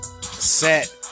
set